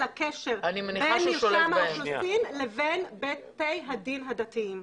הקשר בין מרשם האוכלוסין לבין בתי הדין הרבניים.